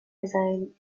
design